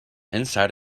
inside